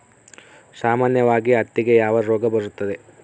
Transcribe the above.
ಸಾಮಾನ್ಯವಾಗಿ ಹತ್ತಿಗೆ ಯಾವ ರೋಗ ಬರುತ್ತದೆ?